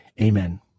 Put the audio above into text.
Amen